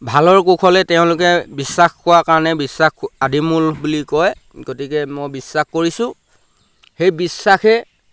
ভালৰ কুশলে তেওঁলোকে বিশ্বাস কৰাৰ কাৰণে বিশ্বাসেই আদিমূল বুলি কয় গতিকে মই বিশ্বাস কৰিছোঁ সেই বিশ্বাসেই